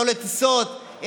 לא לטיסות,